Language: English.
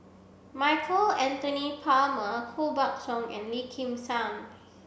Michael Anthony Palmer Koh Buck Song and Lim Kim San